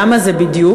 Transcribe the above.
למה זה בדיוק?